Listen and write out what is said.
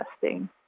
testing